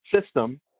system